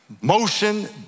motion